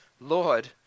Lord